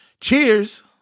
Cheers